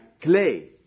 Clay